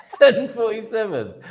1047